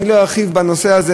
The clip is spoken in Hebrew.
אני לא ארחיב בנושא הזה,